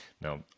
now